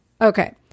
Okay